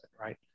right